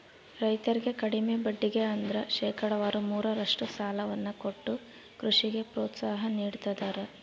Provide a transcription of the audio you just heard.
ರೈತರಿಗೆ ಕಡಿಮೆ ಬಡ್ಡಿಗೆ ಅಂದ್ರ ಶೇಕಡಾವಾರು ಮೂರರಷ್ಟು ಸಾಲವನ್ನ ಕೊಟ್ಟು ಕೃಷಿಗೆ ಪ್ರೋತ್ಸಾಹ ನೀಡ್ತದರ